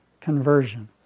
conversion